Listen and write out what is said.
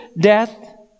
death